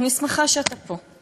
אני שמחה שאתה פה,